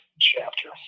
chapter